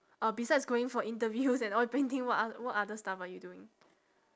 uh besides going for interviews and oil painting what oth~ what other stuff are you doing